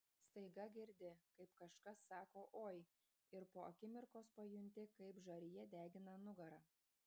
staiga girdi kaip kažkas sako oi ir po akimirkos pajunti kaip žarija degina nugarą